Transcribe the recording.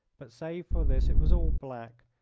but save for this it was all black,